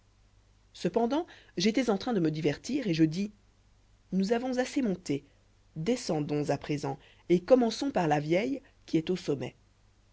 j'étois en train de me divertir et je dis nous avons assez monté descendons à présent et commençons par la vieille qui est au sommet